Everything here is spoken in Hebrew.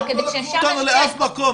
כדי שאפשר יהיה --- עוד לא לקחו אותנו לאף מקום.